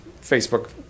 Facebook